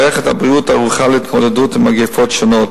מערכת הבריאות ערוכה להתמודדות עם מגפות שונות.